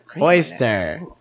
oyster